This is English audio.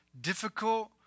difficult